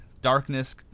darkness